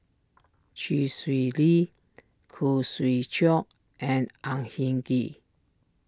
Chee Swee Lee Khoo Swee Chiow and Ang Hin Kee